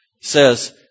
says